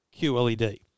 QLED